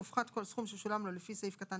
יופחת כל סכום ששולם לו לפי סעיף קטן